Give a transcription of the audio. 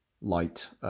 light